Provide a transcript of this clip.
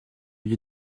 you